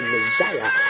Messiah